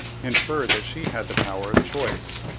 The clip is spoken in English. infer that she had the power of choice.